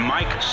Mike